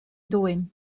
dwym